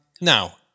now